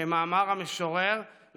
כמאמר המשורר,